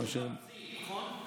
אושר ארצי, נכון?